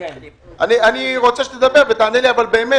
אני רוצה שתדבר ותענה לי באמת,